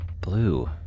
blue